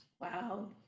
Wow